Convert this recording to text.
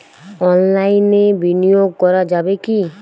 অনলাইনে বিনিয়োগ করা যাবে কি?